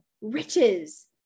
riches